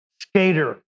skater